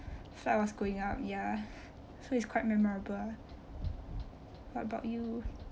flight was going up ya so it's quite memorable what about you